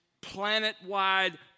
planet-wide